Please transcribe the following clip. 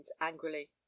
angrily